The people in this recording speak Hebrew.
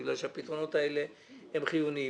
כי הפתרונות האלה הם חיוניים.